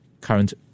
current